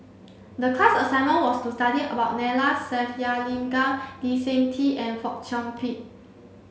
the class assignment was to study about Neila Sathyalingam Lee Seng Tee and Fong Chong Pik